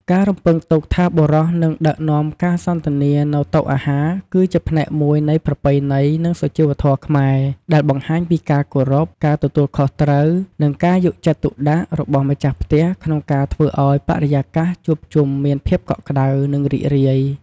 ការរំពឹងទុកថាបុរសនឹងដឹកនាំការសន្ទនានៅតុអាហារ គឺជាផ្នែកមួយនៃប្រពៃណី និងសុជីវធម៌ខ្មែរ ដែលបង្ហាញពីការគោរព ការទទួលខុសត្រូវ និងការយកចិត្តទុកដាក់របស់ម្ចាស់ផ្ទះក្នុងការធ្វើឲ្យបរិយាកាសជួបជុំមានភាពកក់ក្ដៅ និងរីករាយ។